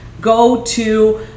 go-to